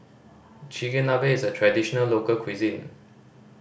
chigenabe is a traditional local cuisine